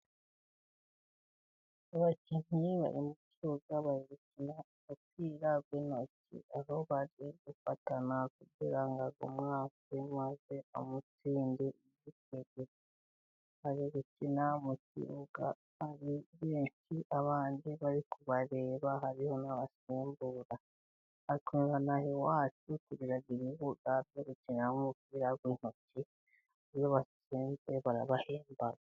Abakinnyi bari mu kibuga bari gukina umupira w'intoki, aho bagiye gufatana kugira ngo awumwake maze amutsinde. Bari gukina mu kibuga ari benshi, abandi bari kubareba harimo n'abasimbura. Natwe ina aha iwacu tugira ibibuga byo gukina umupira w'intoki, iyo batsinze barabahemba.